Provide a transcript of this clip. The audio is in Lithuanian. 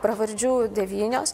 pravardžių devynios